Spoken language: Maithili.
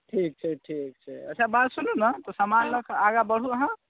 ठीक छै ठीक छै अच्छा बात सूनू ने तऽ समान लऽ के आगाँ बढू अहाँ